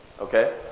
okay